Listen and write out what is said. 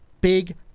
big